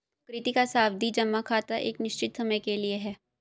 सुकृति का सावधि जमा खाता एक निश्चित समय के लिए है